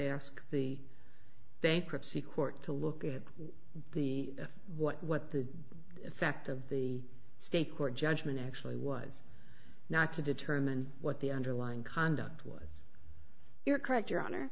airsick the bankruptcy court to look at the what what the effect of the state court judgment actually was not to determine what the underlying conduct was you're correct your honor